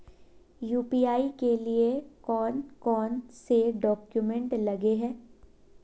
UPI के लिए कौन कौन से डॉक्यूमेंट लगे है?